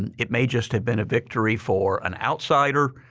and it may just have been a victory for an outsider